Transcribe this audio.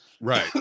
Right